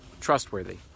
trustworthy